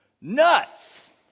Nuts